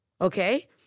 Okay